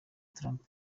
trump